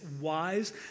wise